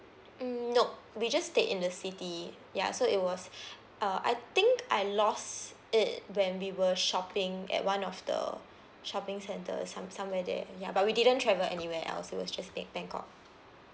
mm nop we just stayed in the city ya so it was uh I think I lost it when we were shopping at one of the shopping centre some somewhere there ya but we didn't travel anywhere else it was just in bangkok